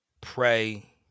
pray